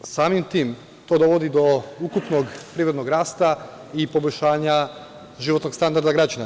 Samim tim to dovodi do ukupnog privrednog rasta i poboljšanja životnog standarda građana.